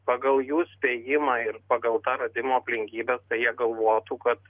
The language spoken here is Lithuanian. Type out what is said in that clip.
pagal jų spėjimą ir pagal tą radimo aplinkybes tai jie galvotų kad